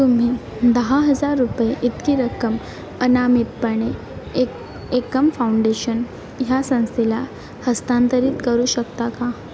तुम्ही दहा हजार रुपये इतकी रक्कम अनामितपणे एक एकम फाउंडेशन ह्या संस्थेला हस्तांतरित करू शकता का